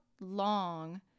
long